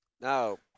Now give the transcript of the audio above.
Now